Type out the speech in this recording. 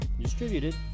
distributed